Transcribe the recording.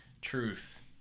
Truth